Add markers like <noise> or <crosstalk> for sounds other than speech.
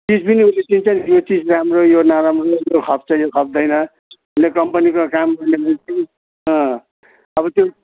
चिज पनि उसले चिन्छ नि यो चिज राम्रो यो नराम्रो यो खप्छ यो खप्दैन उसले कम्पनीको काम <unintelligible> अब त्यो